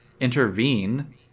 intervene